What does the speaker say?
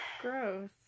Gross